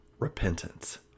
Repentance